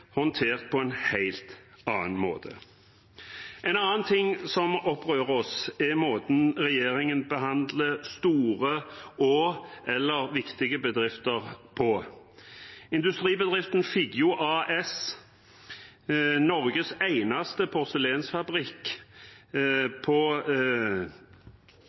håndtert på en helt annen måte. En annen ting som opprører oss, er måten regjeringen behandler store og/eller viktige bedrifter på. Industribedriften Figgjo AS, Norges eneste porselensfabrikk, fikk nærmest over natten et påslag på